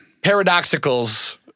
Paradoxicals